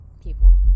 people